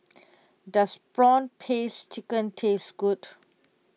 does Prawn Paste Chicken taste good